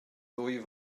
ddwy